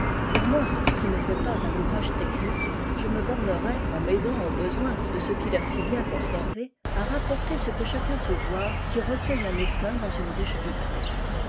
pour moi qui ne fais pas un ouvrage technique je me bornerai en m'aidant au besoin de ce qu'il a si bien observé h rapporter ce que chacun peut voir qui recueille un essaim dans une ruche vitrée